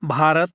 Bharat